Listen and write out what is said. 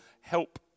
help